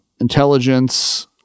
intelligence